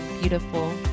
beautiful